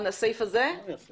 כשאנחנו באים לעשות